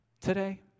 today